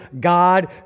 God